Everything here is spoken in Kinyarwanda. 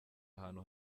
ahantu